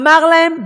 אמר להם,